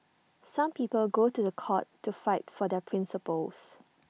some people go to The Court to fight for their principles